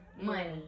money